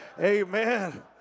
Amen